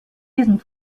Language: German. diesem